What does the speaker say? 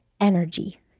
energy